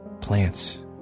plants